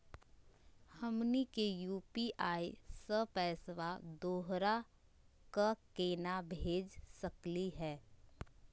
हमनी के यू.पी.आई स पैसवा दोसरा क केना भेज सकली हे?